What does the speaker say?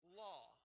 law